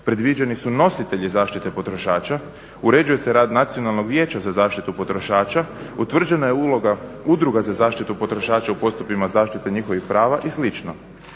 Predviđeni su nositelji zaštite potrošača, uređuje se rad Nacionalnog vijeća za zaštitu potrošača, utvrđena je Udruga za zaštitu potrošača u postupcima zaštite njihovih prava i